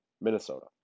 Minnesota